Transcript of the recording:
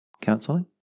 Counseling